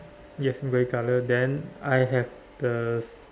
yes grey colour then I have this